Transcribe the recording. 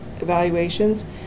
evaluations